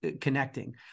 connecting